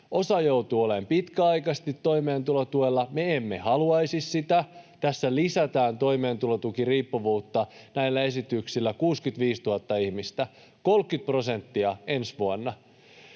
Osa joutuu olemaan pitkäaikaisesti toimeentulotuella, me emme haluaisi sitä. Tässä lisätään toimeentulotukiriippuvuutta näillä esityksillä, 65 000 ihmistä, 30 prosenttia ensi vuonna.